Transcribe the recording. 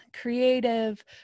creative